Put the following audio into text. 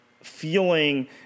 Feeling